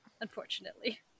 unfortunately